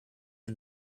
and